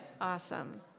Awesome